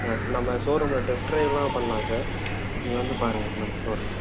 sir நம்ம ஷோரூம்மில test ட்ரைவ்லாம் பண்ணலாம் சார் நீங்கள் வந்து பாருங்கள் நம்ம ஷோரூம்க்கு